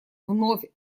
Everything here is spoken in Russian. вновь